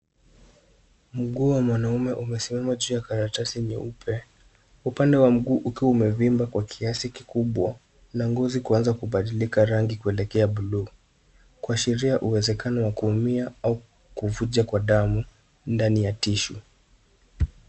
Mguu wa mwanaume umesimama juu ya karatasi nyeupe, upande wa mguu ukiwa umevimba kwa kiasi kikubwa na ngozi kuanza kubadilika rangi kuelekea bluu, kuashiria uwezekano wa kuumia au kuvuja kwa damu ndani ya tissue .